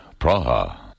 Praha